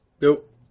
Nope